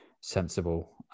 sensible